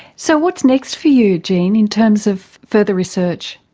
so what's next for you, jean, in terms of further research?